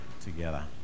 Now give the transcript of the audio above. together